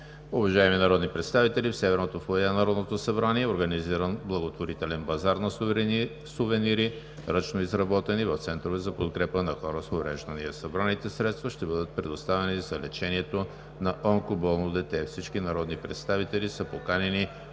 Уважаеми народни представители, в северното фоайе на Народното събрание е организиран благотворителен базар на сувенири, ръчно изработени в центрове за подкрепа на хора с увреждания. Събраните средства ще бъдат предоставени за лечението на онкоболно дете. Всички народни представители са поканени